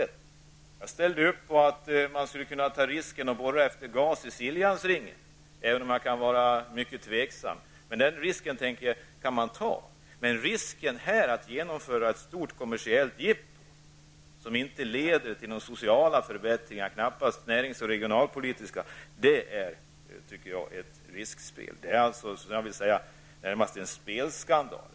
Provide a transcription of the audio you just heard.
Jag ställde upp på att ta en sådan risk när man borrade efter gas i Siljansringen, även om man kunde ställa sig tveksam till det. En sådan risk kan man ta. Men riskerna här innebär att genomföra ett stort kommersiellt jippo som inte leder till några sociala förbättringar, knappast heller till närings eller regionalpolitiska förbättringar. Det tycker jag är ett riskspel. Det är också, vill jag säga, närmast en spelskandal.